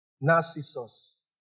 Narcissus